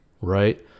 right